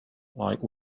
like